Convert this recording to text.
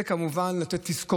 זה כמובן כדי לתת תזכורות.